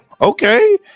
okay